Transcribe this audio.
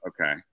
Okay